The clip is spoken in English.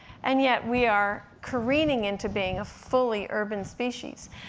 and yet, we are careening into being a fully urban species.